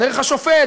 דרך השופט,